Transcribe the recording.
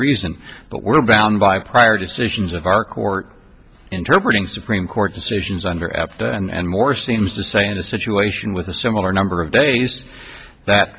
reason but were bound by prior decisions of our court interpret in supreme court decisions under after and more seems to say in a situation with a similar number of days that